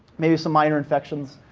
maybe some minor infections.